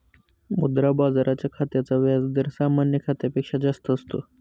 मुद्रा बाजाराच्या खात्याचा व्याज दर सामान्य खात्यापेक्षा जास्त असतो